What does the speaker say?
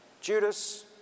Judas